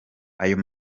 ayo